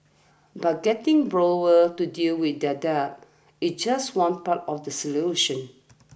but getting borrowers to deal with their debt is just one part of the solution